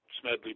Smedley